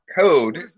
code